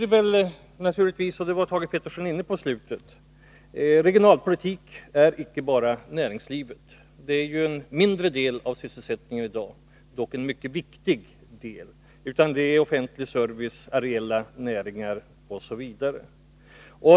Det är naturligtvis så — och det var Thage Peterson inne på i slutet av sitt inlägg — att regionalpolitiken icke bara gäller näringslivet, som ju står för en mindre del av sysselsättningen i dag, dock en mycket viktig del. Regionalpolitiken gäller också offentlig service, areella näringar osv.